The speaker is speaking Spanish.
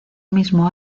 mismo